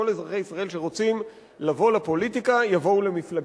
אזרחי ישראל שרוצים לבוא לפוליטיקה יבואו למפלגתי.